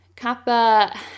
Kappa